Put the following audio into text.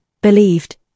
believed